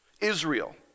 Israel